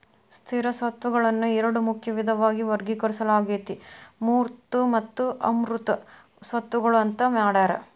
ಸ್ಥಿರ ಸ್ವತ್ತುಗಳನ್ನ ಎರಡ ಮುಖ್ಯ ವಿಧದಾಗ ವರ್ಗೇಕರಿಸಲಾಗೇತಿ ಮೂರ್ತ ಮತ್ತು ಅಮೂರ್ತ ಸ್ವತ್ತುಗಳು ಅಂತ್ ಮಾಡ್ಯಾರ